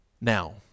Now